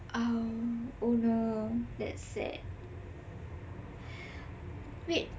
oh oh well that's sad wait